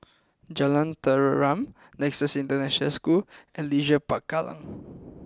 Jalan Tenteram Nexus International School and Leisure Park Kallang